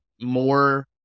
more